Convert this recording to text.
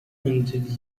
hundred